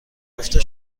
گفته